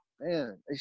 man